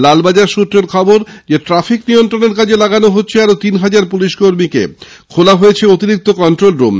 লালবাজার সৃত্রে খবর ট্রাফিক নিয়ন্ত্রণে কাজে লাগানো হচ্ছে আরও তিন হাজার পুলিশকর্মীকে খোলা হয়েছে অতিরিক্ত কন্ট্রোল রুম